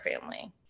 family